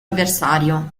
avversario